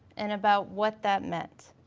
and about what that meant.